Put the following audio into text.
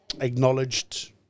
acknowledged